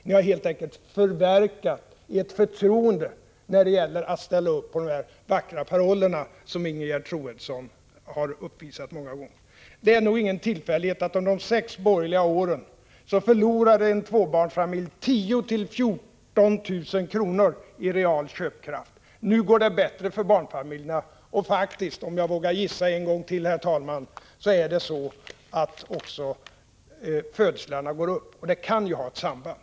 Ni har helt enkelt förverkat förtroendet när det gäller att förverkliga de vackra paroller som Ingegerd Troedsson har visat så många gånger. Det är nog ingen tillfällighet att en tvåbarnsfamilj under de sex borgerliga åren förlorade 10 000-14 000 kr. i real köpkraft. Nu går det bättre för barnfamiljerna. Det är faktiskt så, om jag vågar gissa en gång till, herr talman, att födelsetalen går upp, och det kan ju har ett samband.